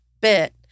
bit